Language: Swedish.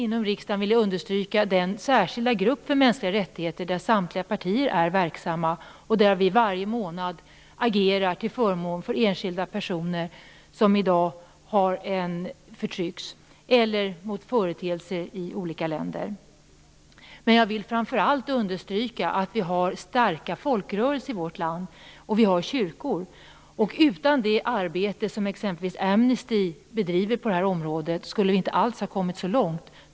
Inom riksdagen har vi den särskilda grupp för mänskliga rättigheter där samtliga partier är verksamma. Där agerar vi varje månad till förmån för enskilda personer som förtrycks i dag eller mot företeelser i olika länder. Framför allt vill jag understryka att vi har starka folkrörelser i vårt land och vi har kyrkor. Utan det arbete som t.ex. Amnesty bedriver på det här området skulle vi inte alls ha kommit så långt.